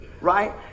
right